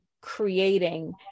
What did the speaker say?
creating